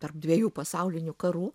tarp dviejų pasaulinių karų